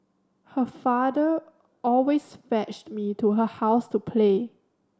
her father always fetched me to her house to play